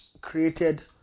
created